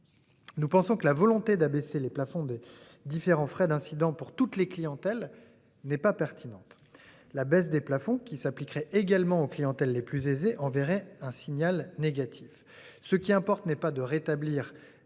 Nous pensons que la volonté d'abaisser les plafonds des différents frais d'incident pour toutes les clientèles n'est pas pertinente. La baisse des plafonds qui s'appliquerait également aux clientèles les plus aisés enverrait un signal négatif. Ce qui importe n'est pas de rétablir